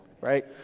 right